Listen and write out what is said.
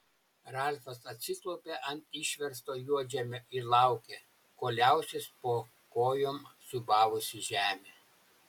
ralfas atsiklaupė ant išversto juodžemio ir laukė kol liausis po kojom siūbavusi žemė